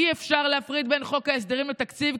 'אי-אפשר להפריד בין חוק ההסדרים לתקציב,